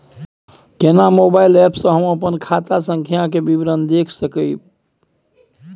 केना mobile app से हम अपन खाता संख्या के विवरण देख सकब?